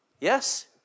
Yes